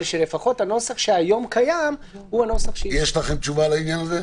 אבל שלפחות הנוסח שהיום קיים הוא הנוסח --- יש לכם תשובה לעניין הזה?